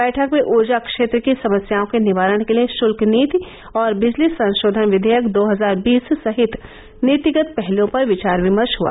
बैठक में ऊर्जा क्षेत्र की समस्याओं के निवारण के लिए शुल्क नीति और बिजली संशोधन विधेयक दो हजार बीस सहित नीतिगत पहलुओं पर विचार विमर्श हुआ